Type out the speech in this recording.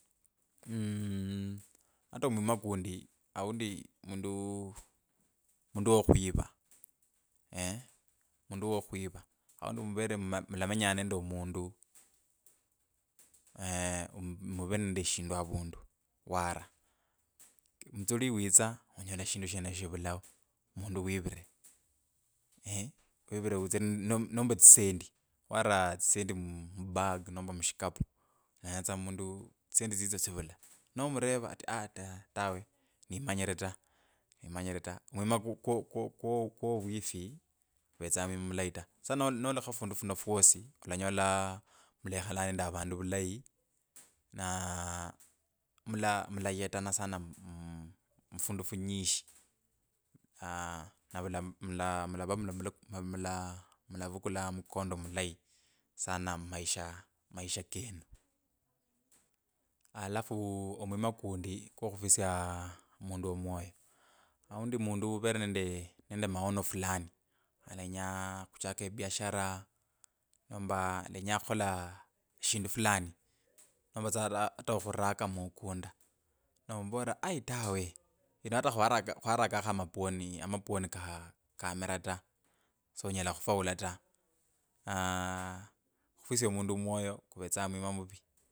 Mmm ata omwana kundi oundi mundu mundu wo khwiva mundu wo khwiva aundi mureve nende mla mulamenyanga nende omundu eee. Mureve nende shindu avundu wara mutsuli witsa onyola shindu sheneshyo shivulao, mundu wivire wivire vtsire nomba etsisendi wara etsisendi mm mbaa nomba mushikapu olanyola tsa mundu tsisendi tsitsyo tsivula nomureva ati aa tawe nimanyire ta, nimanyire ta, mwima kwo kwo kwo kwo kwo wifi, kuvetsa mwima mulayi ta sasa nol nolekha fundu funo fwosi alanyola mulekhala nende avandu vulayi na mula mulayetana sana mmm mufundu funyishi aaa na vula mula mula mula mulamlu mulavukula mkondo mulayi sana mumaisha keno alafu omwima kundi kwokhufwisia mundu omwoyo aundi mundu uvere nende maoni fulani alenya khuchaka ebiashara nomba alenya khukhola shindu flani nomba tsa ata okhuraka mukunde nomuvorere ori aii tawe ino ata khuwarak… khwarakakho amapwoni, amapwoni ka kameta ta sonyela khufaulu aaah khufwisia mundu omwoyo kuvetsa mwima.